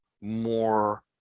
more